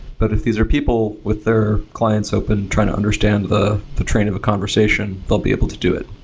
but if these are people with their clients open trying to understand the the train of a conversation, they'll be able to do it.